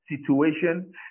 situation